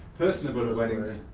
personable at weddings,